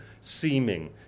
seeming